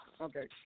Okay